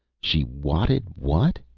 she whatted what?